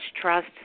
trust